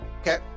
okay